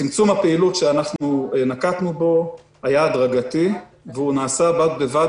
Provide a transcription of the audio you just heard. צמצום הפעילות שאנחנו נקטנו היה הדרגתי והוא נעשה בד בבד